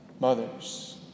Mothers